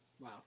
Wow